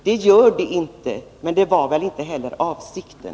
Det gör det inte — men det var väl inte heller avsikten?